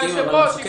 היושב-ראש,